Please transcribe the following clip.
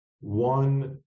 one